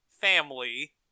family